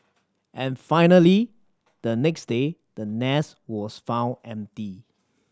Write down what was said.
and finally the next day the nest was found empty